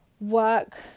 work